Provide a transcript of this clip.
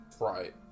Right